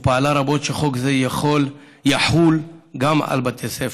ופעלה רבות שחוק זה יחול גם על בתי ספר,